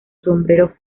sombrero